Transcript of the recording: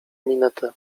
minetę